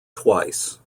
twice